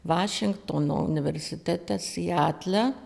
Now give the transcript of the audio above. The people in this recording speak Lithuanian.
vašingtono universitetas sietle